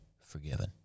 forgiven